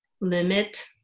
limit